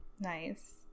Nice